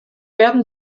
werden